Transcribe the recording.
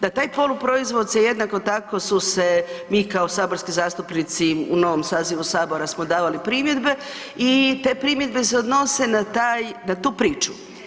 Na taj poluproizvod se jednako tako su se, mi kao saborski zastupnici u novom sazivu sabora smo davali primjedbe i te primjedbe se odnose na taj, na tu priču.